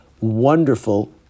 wonderful